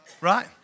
right